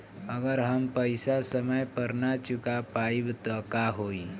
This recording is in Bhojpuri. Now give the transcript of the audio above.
अगर हम पेईसा समय पर ना चुका पाईब त का होई?